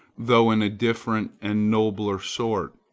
though in a different and nobler sort.